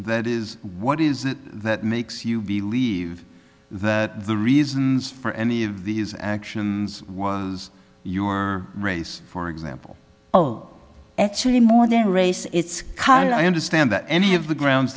that is what is it that makes you believe that the reasons for any of these actions was your race for example oh actually more than race it's card i understand that any of the grounds